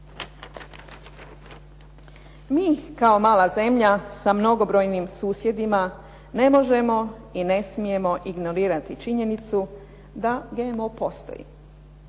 Mi kao mala zemlja sa mnogobrojnim susjedima ne možemo i ne smijemo ignorirati činjenicu da GMO postoji.